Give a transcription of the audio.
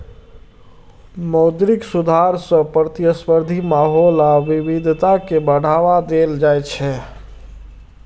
मौद्रिक सुधार सं प्रतिस्पर्धी माहौल आ विविधता कें बढ़ावा देल जाइ छै